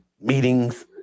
meetings